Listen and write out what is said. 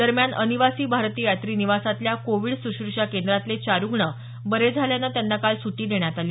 दरम्यान अनिवासी भारतीय यात्री निवासातल्या कोविड सुश्रुषा केंद्रातले चार रूग्ण बरे झाल्यान त्यांना काल रुग्णालयातून सुटी देण्यात आली